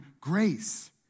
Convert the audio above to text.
grace